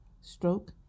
stroke